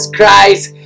Christ